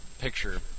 Picture